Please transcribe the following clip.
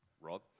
rob